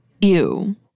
ew